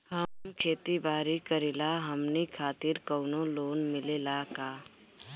हम खेती बारी करिला हमनि खातिर कउनो लोन मिले ला का?